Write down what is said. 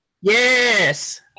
yes